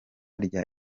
rya